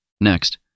Next